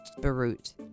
Beirut